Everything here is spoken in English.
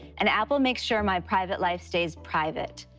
and apple makes sure my private life stays private.